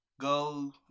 Go